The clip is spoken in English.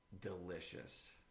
delicious